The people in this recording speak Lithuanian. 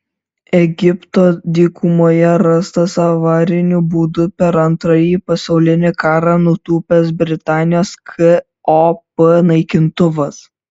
egipto dykumoje rastas avariniu būdu per antrąjį pasaulinį karą nutūpęs britanijos kop naikintuvas